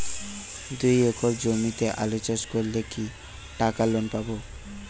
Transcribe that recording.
দুই একর জমিতে আলু চাষ করলে কি টাকা লোন পাবো?